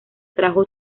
trajo